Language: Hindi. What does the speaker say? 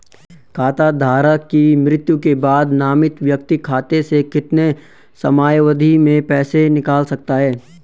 खाता धारक की मृत्यु के बाद नामित व्यक्ति खाते से कितने समयावधि में पैसे निकाल सकता है?